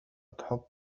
تحب